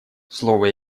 слово